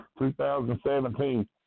2017